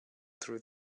through